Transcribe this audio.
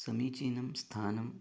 समीचीनं स्थानम्